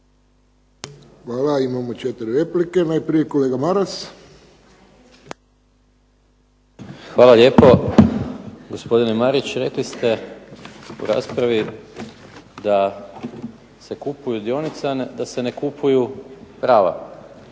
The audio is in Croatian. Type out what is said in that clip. Hvala. Imamo četiri replike. Najprije kolega Maras. **Maras, Gordan (SDP)** Hvala lijepo gospodine Marić rekli ste u raspravi da se kupuju dionice, a da se ne kupuju prava.